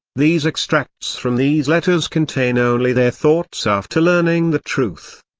these extracts from these letters contain only their thoughts after learning the truth.